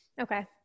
Okay